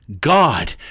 God